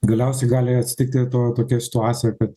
galiausiai gali atsitikti to tokia situacija kad